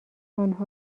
آنها